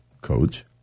coach